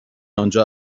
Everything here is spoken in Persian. آنجا